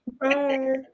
Bye